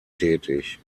tätig